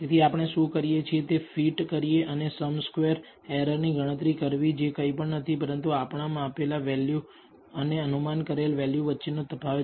તેથી આપણે શું કરીએ છીએ તે ફીટ કરીએ અને સમ સ્ક્વેર એરરની ગણતરી કરવી જે કંઇ પણ નથી પરંતુ માપેલા વેલ્યુ અને અનુમાન કરેલ વેલ્યુ વચ્ચેનો તફાવત છે